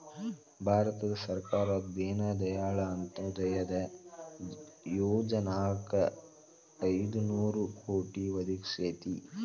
ಭಾರತ ಸರ್ಕಾರ ದೇನ ದಯಾಳ್ ಅಂತ್ಯೊದಯ ಯೊಜನಾಕ್ ಐದು ನೋರು ಕೋಟಿ ಒದಗಿಸೇತಿ